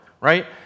right